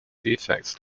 defects